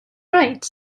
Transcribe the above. right